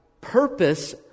purpose